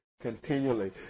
continually